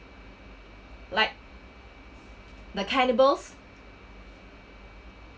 like the cannibals